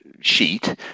sheet